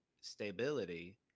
stability